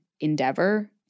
endeavor